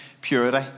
purity